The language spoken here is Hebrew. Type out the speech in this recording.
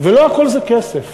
ולא הכול זה כסף.